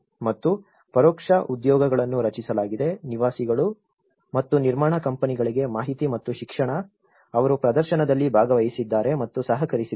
ಮತ್ತು ಪರೋಕ್ಷ ಉದ್ಯೋಗಗಳನ್ನು ರಚಿಸಲಾಗಿದೆ ನಿವಾಸಿಗಳು ಮತ್ತು ನಿರ್ಮಾಣ ಕಂಪನಿಗಳಿಗೆ ಮಾಹಿತಿ ಮತ್ತು ಶಿಕ್ಷಣ ಅವರು ಪ್ರದರ್ಶನದಲ್ಲಿ ಭಾಗವಹಿಸಿದ್ದಾರೆ ಮತ್ತು ಸಹಕರಿಸಿದ್ದಾರೆ